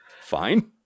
Fine